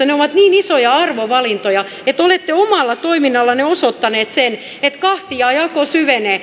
ne ovat niin isoja arvovalintoja että olette omalla toiminnallanne osoittaneet sen että kahtiajako syvenee